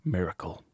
Miracle